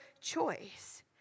choice